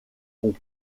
pont